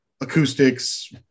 acoustics